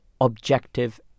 objective